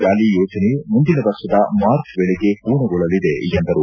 valley ಯೋಜನೆ ಮುಂದಿನ ವರ್ಷದ ಮಾರ್ಚ್ ವೇಳೆಗೆ ಪೂರ್ಣಗೊಳ್ಳಲಿದೆ ಎಂದರು